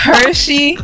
Hershey